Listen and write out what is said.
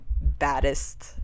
baddest